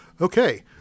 Okay